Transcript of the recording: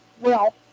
Well